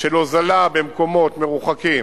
של הוזלה במקומות מרוחקים,